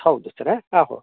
ಹೌದು ಸರ್ ಹಾಂ ಹೊ